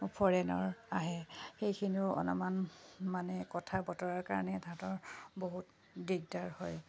ফৰেইনৰ আহে সেইখিনিৰো অলমান মানে কথা বতৰাৰ কাৰণে তাহাঁতৰ বহুত দিগদাৰ হয়